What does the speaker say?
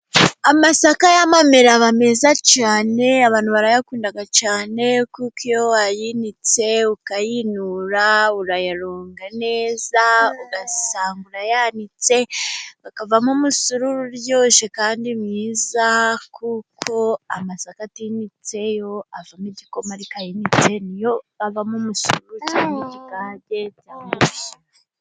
Amasaka y'amamere aba meza cyane, abantu barayakunda cyane, kuko iyo wayinitse, ukayinura, urayaronga neza, ugasanga urayanitse, akavamo umusururu uryoshye kandi mwiza, kuko amasaka atinitse yo avamo igikoma, ariko ayinitse niyo avamo umusururu, cyangwa ikigage byoroshye.